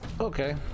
okay